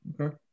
okay